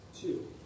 two